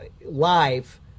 live